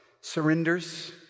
surrenders